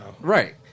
Right